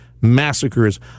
massacres